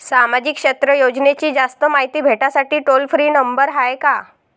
सामाजिक क्षेत्र योजनेची जास्त मायती भेटासाठी टोल फ्री नंबर हाय का?